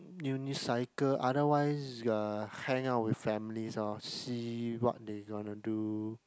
unicycle otherwise uh hang out with families lor see what they gonna do